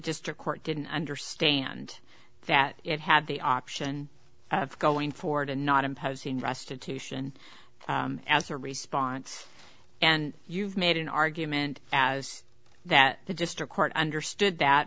a court didn't understand that it had the option of going forward and not imposing restitution as a response and you've made an argument as that the district court understood that